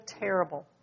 terrible